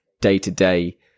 day-to-day